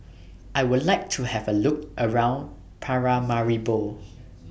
I Would like to Have A Look around Paramaribo